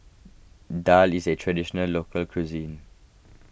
Daal is a Traditional Local Cuisine